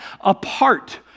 apart